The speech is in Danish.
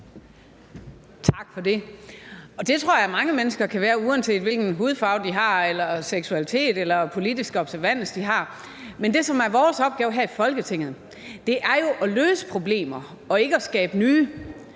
Tak for det. Det tror jeg mange mennesker kan føle, uanset hvilken hudfarve eller seksualitet eller politisk observans de har. Men det, som er vores opgave her i Folketinget, er jo at løse problemer og ikke skabe nye.